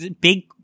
big